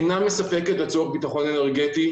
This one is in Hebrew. אינה מספקת לצורך ביטחון אנרגטי.